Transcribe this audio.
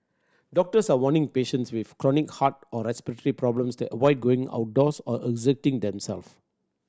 doctors are warning patients with chronic heart or respiratory problems to avoid going outdoors or exerting themselves